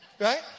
right